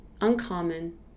uncommon